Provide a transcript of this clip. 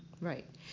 Right